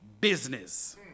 business